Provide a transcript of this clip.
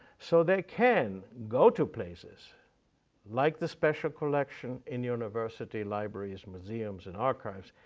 so they can go to places like the special collection in university libraries, museums, and archives,